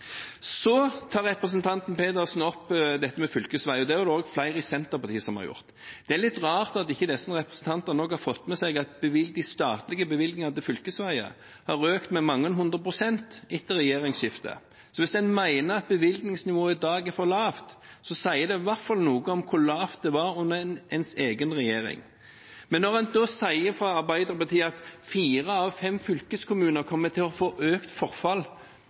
Så tar representanten Pedersen opp fylkesvei, og det har også flere i Senterpartiet gjort. Det er litt rart at ikke disse representantene har fått med seg at de statlige bevilgninger til fylkesveier har økt med mange hundre prosent etter regjeringsskiftet. Så hvis en mener at bevilgningsnivået i dag er for lavt, så sier det i hvert fall noe om hvor lavt det var under egen regjering. Når en da sier fra Arbeiderpartiet at fire av fem fylkeskommuner kommer til å få økt forfall